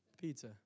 Pizza